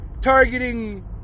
targeting